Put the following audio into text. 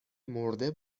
مرده